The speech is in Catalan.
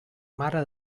mare